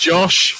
Josh